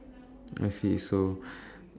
I see so